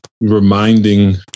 reminding